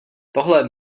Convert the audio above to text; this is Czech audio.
tohle